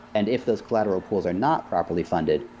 and if those collateral pools are not properly funded,